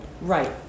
right